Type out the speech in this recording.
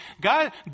God